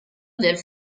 del